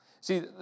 See